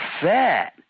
fat